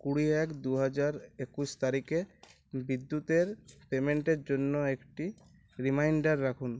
কুড়ি এক দু হাজার একুশ তারিখে বিদ্যুতের পেমেন্টের জন্য একটি রিমাইন্ডার রাখুন